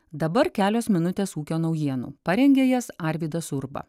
dabar kelios minutės ūkio naujienų parengė jas arvydas urba